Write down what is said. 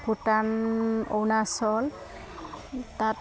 ভূটান অৰুণাচল তাত